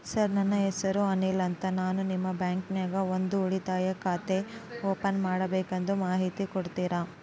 Sir ನನ್ನ ಹೆಸರು ಅನಿಲ್ ಅಂತ ನಾನು ನಿಮ್ಮ ಬ್ಯಾಂಕಿನ್ಯಾಗ ಒಂದು ಉಳಿತಾಯ ಖಾತೆ ಓಪನ್ ಮಾಡಬೇಕು ಮಾಹಿತಿ ಕೊಡ್ತೇರಾ?